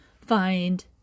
find